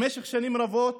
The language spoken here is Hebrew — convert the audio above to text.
במשך שנים רבות,